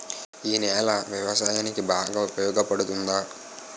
ఈ నేల వ్యవసాయానికి బాగా ఉపయోగపడుతుందా?